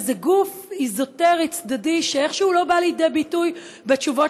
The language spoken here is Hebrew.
איזה גוף אזוטרי צדדי שאיכשהו לא בא לידי ביטוי בתשובות